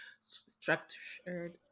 structured